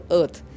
earth